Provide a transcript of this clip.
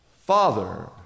father